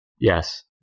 Yes